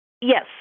Yes